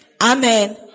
Amen